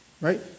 Right